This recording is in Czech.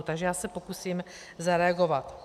Takže já se pokusím zareagovat.